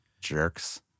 jerks